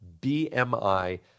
BMI